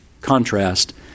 contrast